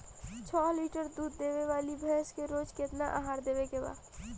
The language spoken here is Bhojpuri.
छह लीटर दूध देवे वाली भैंस के रोज केतना आहार देवे के बा?